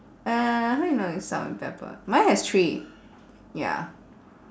uh how you know it's salt and pepper mine has three ya